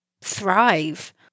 thrive